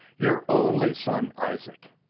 your only son isaac.